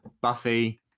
buffy